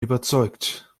überzeugt